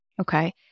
Okay